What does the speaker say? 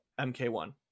mk1